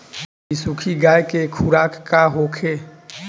बिसुखी गाय के खुराक का होखे?